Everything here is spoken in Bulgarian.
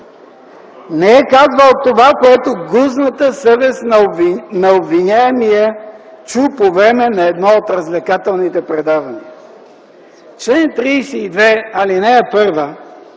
Не е казвал това, което гузната съвест на обвиняемия чу по време на едно от развлекателните предавания. Член 32, ал. 1